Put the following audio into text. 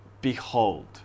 behold